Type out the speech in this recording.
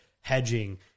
hedging